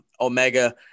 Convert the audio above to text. Omega